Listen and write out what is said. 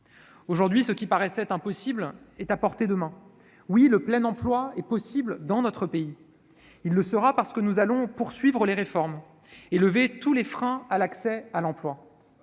Aujourd'hui, ce qui paraissait impossible est à portée de main : oui, le plein emploi est possible dans notre pays ! Il sera atteint, parce que nous allons poursuivre les réformes et lever tous les freins à l'accès à l'emploi.